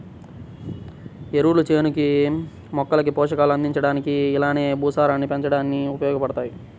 ఎరువులు చేనుకి, మొక్కలకి పోషకాలు అందించడానికి అలానే భూసారాన్ని పెంచడానికి ఉపయోగబడతాయి